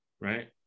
right